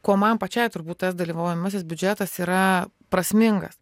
kuo man pačiai turbūt tas dalyvaujamasis biudžetas yra prasmingas